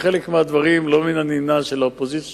בחלק מהדברים לא מן הנמנע שהאופוזיציה